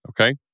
Okay